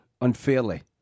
unfairly